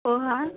poha